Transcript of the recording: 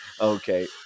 Okay